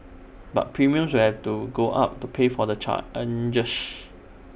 but premiums will have to go up to pay for the